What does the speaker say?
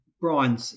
Brian